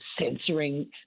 censoring